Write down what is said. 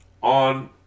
on